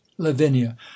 lavinia